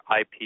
IP